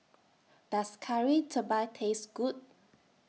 Does Kari Debal Taste Good